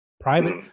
private